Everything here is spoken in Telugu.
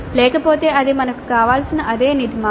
లేకపోతే అది మనకు కావాల్సిన అదే నిర్మాణం